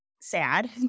sad